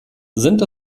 sind